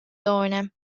toone